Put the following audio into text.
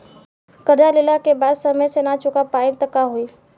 कर्जा लेला के बाद समय से ना चुका पाएम त का होई?